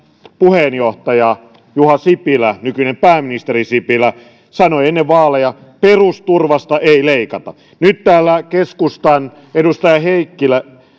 puheenjohtaja juha sipilä nykyinen pääministeri sipilä sanoi ennen vaaleja että perusturvasta ei leikata nyt täällä keskustan edustaja heikkilä